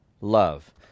love